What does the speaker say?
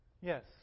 Yes